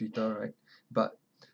twitter right but